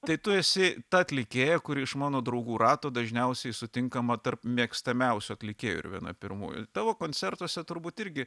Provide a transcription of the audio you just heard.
tai tu esi ta atlikėja kuri iš mano draugų rato dažniausiai sutinkama tarp mėgstamiausių atlikėjų ir viena pirmųjų tavo koncertuose turbūt irgi